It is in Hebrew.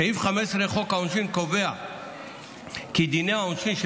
סעיף 15 לחוק העונשין קובע כי דיני העונשין של